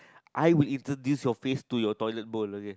I would introduce your face to your toilet bowl okay